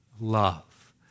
love